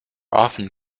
often